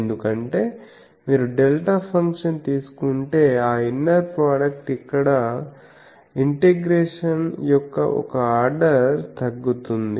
ఎందుకంటే మీరు delta function తీసుకుంటే ఆ ఇన్నర్ ప్రోడక్ట్ అక్కడ ఇంటెగ్రేషన్ యొక్క ఒక ఆర్డర్ తగ్గుతుంది